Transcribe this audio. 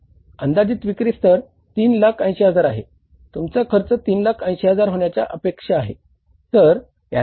अंदाजित विक्री स्तर 3 लाख 80 हजार आहे तुमचा खर्च 3 लाख 80 हजार होण्याची अपेक्षा आहे